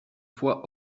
fois